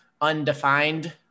undefined